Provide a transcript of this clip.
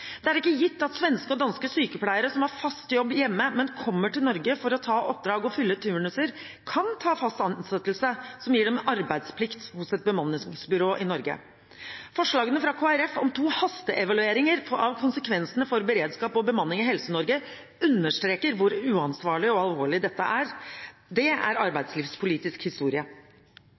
Det er ikke gitt at svenske og danske sykepleiere som har fast jobb hjemme, men kommer til Norge for å ta oppdrag og fylle turnuser, kan ta fast ansettelse som gir dem arbeidsplikt hos et bemanningsbyrå i Norge. Forslagene fra Kristelig Folkeparti om to hasteevalueringer av konsekvensene for beredskap og bemanning i Helse-Norge understreker hvor uansvarlig og alvorlig dette er. Det er arbeidslivspolitisk historie.